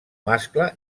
mascle